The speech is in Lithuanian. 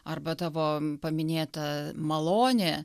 arba tavo paminėta malonė